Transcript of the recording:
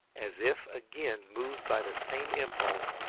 as if again moved by the same impulse,